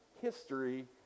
history